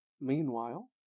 Meanwhile